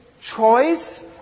choice